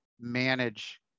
manage